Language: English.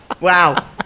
Wow